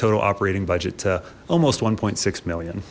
total operating budget to almost one point six million